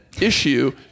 Issue